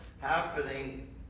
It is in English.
happening